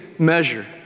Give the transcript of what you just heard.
measure